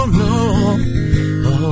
no